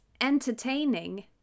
entertaining